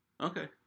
Okay